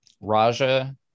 Raja